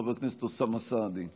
חבר הכנסת אוסאמה סעדי,